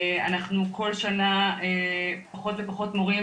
אנחנו כל שנה פחות ופחות מורים,